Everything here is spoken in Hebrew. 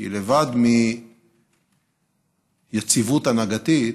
כי לבד מיציבות הנהגתית